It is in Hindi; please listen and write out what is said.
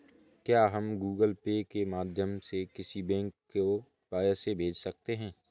क्या हम गूगल पे के माध्यम से किसी बैंक को पैसे भेज सकते हैं?